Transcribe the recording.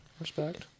Respect